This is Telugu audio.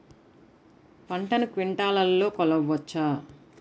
పంటను క్వింటాల్లలో కొలవచ్చా?